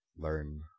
Learn